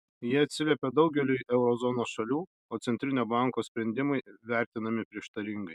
jie atsiliepia daugeliui euro zonos šalių o centrinio banko sprendimai vertinami prieštaringai